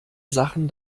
sachen